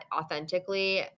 authentically